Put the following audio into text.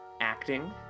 acting